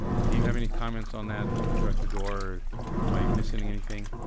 do you have any comments on that directed or am i missing anything?